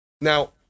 Now